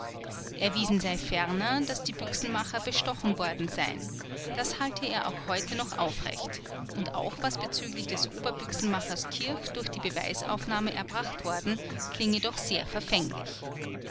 erwiesen sei ferner daß die büchsenmacher bestochen worden seien das halte er auch heute noch aufrecht und auch was bezüglich des oberbüchsenmachers kirch durch die beweisaufnahme erbracht worden klinge doch sehr verfänglich